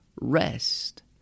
rest